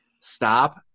stop